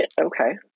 okay